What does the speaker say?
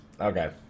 Okay